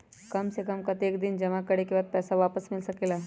काम से कम कतेक दिन जमा करें के बाद पैसा वापस मिल सकेला?